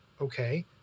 okay